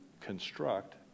construct